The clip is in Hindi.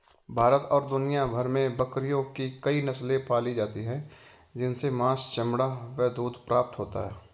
भारत और दुनिया भर में बकरियों की कई नस्ले पाली जाती हैं जिनसे मांस, चमड़ा व दूध प्राप्त होता है